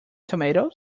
tomatoes